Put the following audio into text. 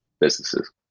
businesses